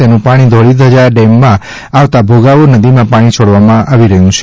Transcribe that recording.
તેનું પાણી ધોળીધજા ડેમમાં આવતા ભોગાવો નદીમાં પાણી છોડવામાં આવી રહ્યું છે